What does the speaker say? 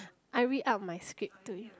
I read out my script to you